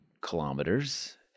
kilometers